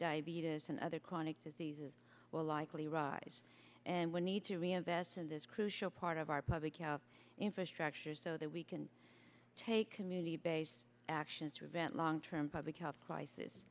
diabetes and other chronic diseases will likely rise and we need to reinvest in this crucial part of our public our infrastructure so that we can take community base actions to event long term public health crisis